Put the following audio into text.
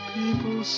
people